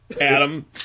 Adam